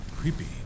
creepy